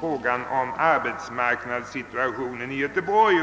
frågan om arbetsmarknadssituationen i Göteborg.